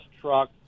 truck